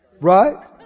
Right